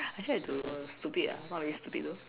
is that do stupid ah not really stupid though